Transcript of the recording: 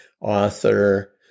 author